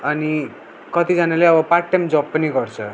अनि कतिजनाले अब पार्ट टाइम जब पनि गर्छ